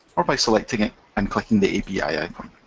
or by selecting it and clicking the abc icon.